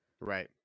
right